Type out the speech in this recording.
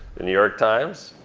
new york times,